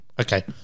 Okay